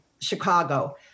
Chicago